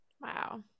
Wow